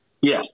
Yes